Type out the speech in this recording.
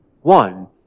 one